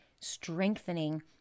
strengthening